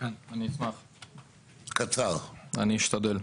אני אשמח.